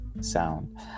sound